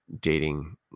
dating